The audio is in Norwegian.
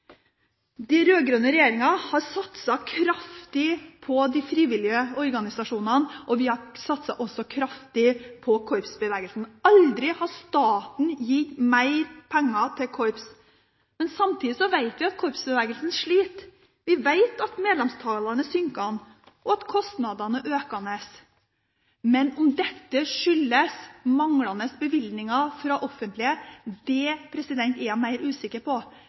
de frivillige organisasjonene, og vi har også satset kraftig på korpsbevegelsen. Aldri har staten gitt mer penger til korps. Samtidig vet vi at korpsbevegelsen sliter. Vi vet at medlemstallet er synkende, og at kostnadene er økende. Men om dette skyldes manglende bevilgninger fra det offentlige, er jeg mer usikker på.